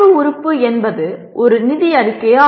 அறிவு உறுப்பு என்பது ஒரு நிதி அறிக்கை ஆகும்